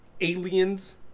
aliens